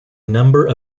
number